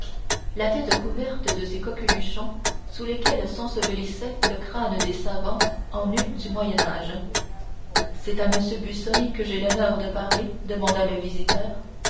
la tête couverte de ces coqueluchons sous lesquels s'ensevelissait le crâne des savants en us du moyen âge c'est à monsieur busoni que j'ai l'honneur de parler demanda le visiteur